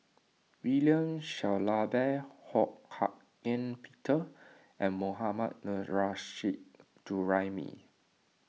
William Shellabear Ho Hak Ean Peter and Mohammad Nurrasyid Juraimi